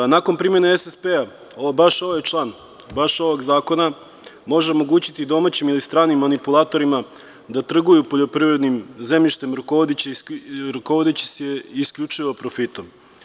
Nakon primene SSP, baš ovaj član, baš ovog zakona može omogućiti domaćim ili stranim manipulatorima da trguju poljoprivrednim zemljištem, rukovodeći se isključivo profitom.